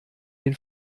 den